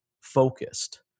focused